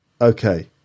okay